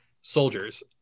soldiers